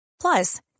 Plus